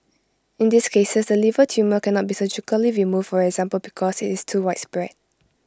in these cases the liver tumour cannot be surgically removed for example because IT is too widespread